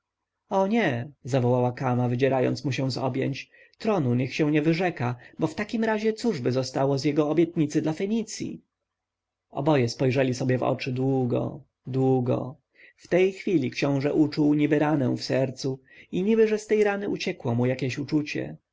o nie zawołała kama wydzierając mu się z objęć tronu niech się nie wyrzeka bo w takim razie cóżby zostało z jego obietnic dla fenicji oboje spojrzeli sobie w oczy długo długo w tej chwili książę uczuł niby ranę w sercu i niby że z tej rany uciekło mu jakieś uczucie